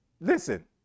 Listen